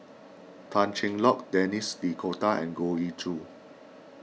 Tan Cheng Lock Denis D'Cotta and Goh Ee Choo